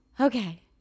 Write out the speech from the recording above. Okay